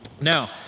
Now